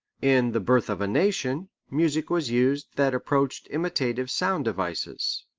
in the birth of a nation, music was used that approached imitative sound devices.